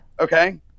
Okay